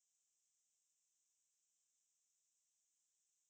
um two submissions before the actual video